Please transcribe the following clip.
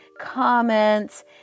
comments